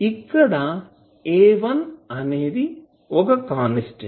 ఇక్కడ A1 అనేది ఒక కాన్స్టాంట్